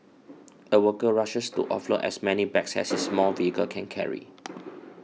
a worker rushes to offload as many bags as his small vehicle can carry